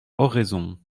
oraison